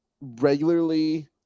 regularly